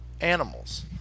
animals